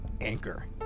Anchor